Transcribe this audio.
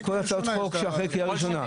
בכל הצעות חוק שאחרי קריאה ראשונה.